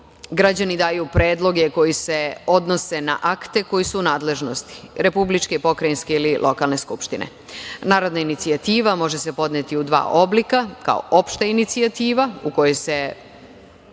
građani daju predloge koji se odnose na akte koji su u nadležnosti republičke, pokrajinske, ili lokalne skupštine. Narodna inicijativa može se podneti u dva oblika: kao opšta inicijativa u kojoj se ne